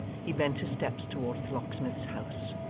he bent his steps towards the locksmith's house.